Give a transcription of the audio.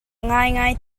ngaingai